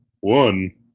One